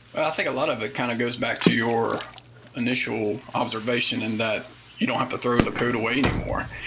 i think a lot of it kind of goes back to your initial observation and that you don't have to throw the code away anymore,